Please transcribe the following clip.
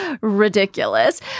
ridiculous